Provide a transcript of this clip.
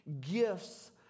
gifts